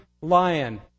lion